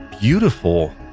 beautiful